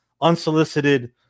unsolicited